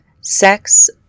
sex